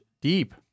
deep